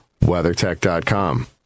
WeatherTech.com